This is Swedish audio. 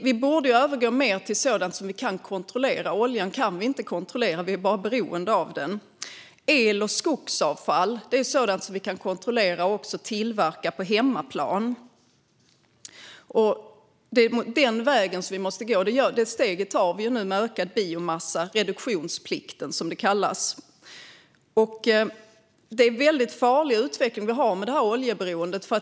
Vi borde övergå mer till sådant som vi kan kontrollera. Oljan kan vi inte kontrollera; vi är bara beroende av den. El och skogsavfall är sådant som vi kan kontrollera och även tillverka på hemmaplan. Det är den vägen vi måste gå, och det steget tar vi nu med ökad biomassa - reduktionsplikten, som det kallas. Det är en farlig utveckling vi har med oljeberoendet.